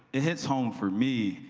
it hits home for me,